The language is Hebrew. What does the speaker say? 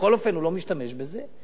בכל אופן הוא לא משתמש בזה,